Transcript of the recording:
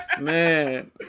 Man